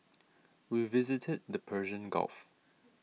we visited the Persian Gulf